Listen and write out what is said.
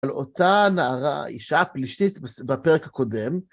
אבל אותה נערה, אישה פלשתית בפרק הקודם,